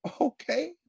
Okay